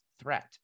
threat